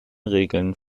regeln